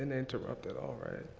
and interrupted. all right.